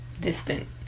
distant